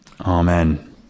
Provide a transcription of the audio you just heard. Amen